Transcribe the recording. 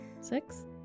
six